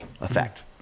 effect